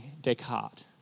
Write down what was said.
Descartes